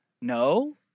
No